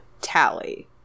Tally